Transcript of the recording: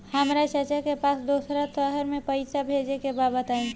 हमरा चाचा के पास दोसरा शहर में पईसा भेजे के बा बताई?